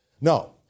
no